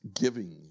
giving